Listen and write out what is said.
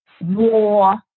war